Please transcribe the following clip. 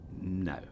No